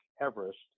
Everest